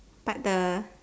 but the